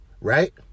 right